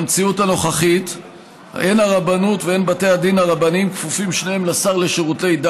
במציאות הנוכחית הן הרבנות הראשית לישראל והן